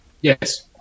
Yes